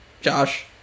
Josh